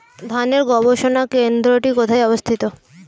ধানের গবষণা কেন্দ্রটি কোথায় অবস্থিত?